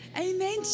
Amen